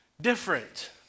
different